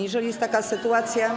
Jeżeli jest taka sytuacja.